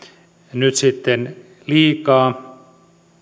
nyt sitten liikaa